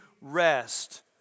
rest